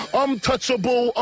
untouchable